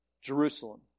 Jerusalem